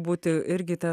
būti irgi ta